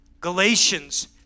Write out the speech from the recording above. Galatians